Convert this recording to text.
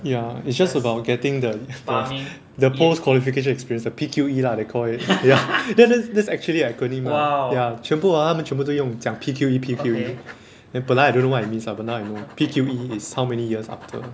ya it's just about getting the qualif~ the post qualification experience the P_Q_E lah they call it ya that that that's actually an acronym lah ya 全部 ah 他们全部都用讲 P_Q_E P_Q_E then 本来 I don't know what it means lah now I know P_Q_E is how many years after